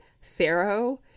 Pharaoh